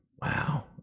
Wow